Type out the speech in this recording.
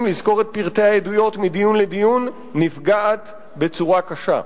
לזכור את פרטי העדויות מדיון לדיון נפגעת בצורה קשה.